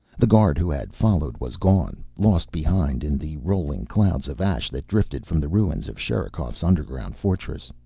the guard who had followed was gone, lost behind in the rolling clouds of ash that drifted from the ruins of sherikov's underground fortress.